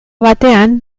batean